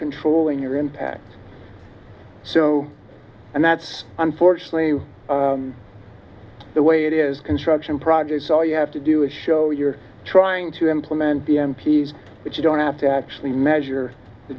controlling your impact so and that's unfortunately the way it is construction projects all you have to do is show you're trying to implement the m p s but you don't have to actually measure the